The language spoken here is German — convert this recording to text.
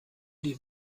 die